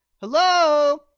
Hello